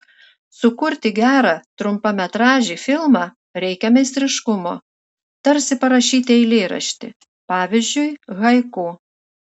sukurti gerą trumpametražį filmą reikia meistriškumo tarsi parašyti eilėraštį pavyzdžiui haiku